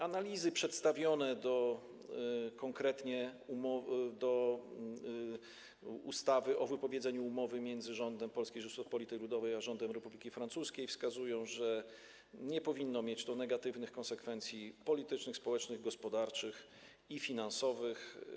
Analizy przedstawione konkretnie do ustawy o wypowiedzeniu umowy między rządem Polskiej Rzeczypospolitej Ludowej a rządem Republiki Francuskiej wskazują, że nie powinno mieć to negatywnych konsekwencji politycznych, społecznych, gospodarczych ani finansowych.